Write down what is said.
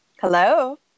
Hello